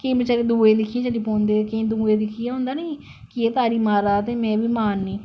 केंई बचारे दूए गी दिक्खियै होंदा नेईं एह् तारी मारा दे ता में बी मारनी